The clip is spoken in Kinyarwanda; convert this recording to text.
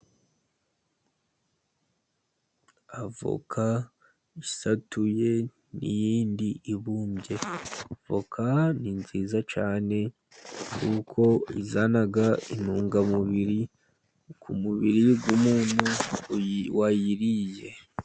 Avoka isatuye n'iyindi ibumbye. Avoka ni nziza cyane, kuko izana intungamubiri ku mubiri w'umuntu wayiriye.